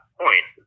point